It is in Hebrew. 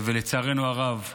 ולצערנו הרב,